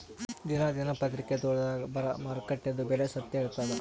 ದಿನಾ ದಿನಪತ್ರಿಕಾದೊಳಾಗ ಬರಾ ಮಾರುಕಟ್ಟೆದು ಬೆಲೆ ಸತ್ಯ ಇರ್ತಾದಾ?